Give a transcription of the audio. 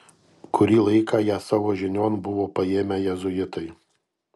kurį laiką ją savo žinion buvo paėmę jėzuitai